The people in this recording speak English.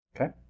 okay